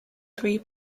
three